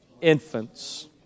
infants